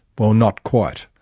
well, not quite.